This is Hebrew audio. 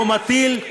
למה לא אנושי?